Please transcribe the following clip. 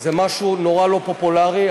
זה משהו נורא לא פופולרי.